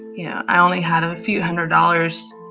you know, i only had a few hundred dollars